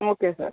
okay sir